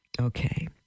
Okay